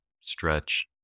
stretch